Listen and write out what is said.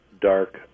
dark